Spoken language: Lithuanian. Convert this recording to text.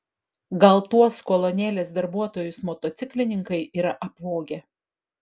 gal tuos kolonėlės darbuotojus motociklininkai yra apvogę